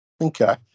Okay